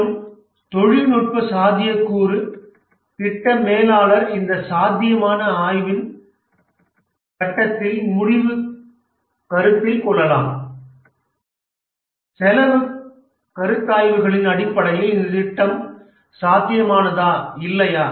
மற்றும் தொழில்நுட்ப சாத்தியக்கூறு திட்டக் மேலாளர் இந்த சாத்தியமான ஆய்வின் கட்டத்தில் முடிவுக் கருத்தில் கொள்ளலாம் செலவுக் கருத்தாய்வுகளின் அடிப்படையில் இந்த திட்டம் சாத்தியமாநாதா இல்லையா